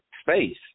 space